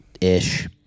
ish